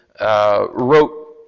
wrote